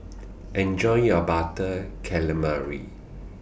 Enjoy your Butter Calamari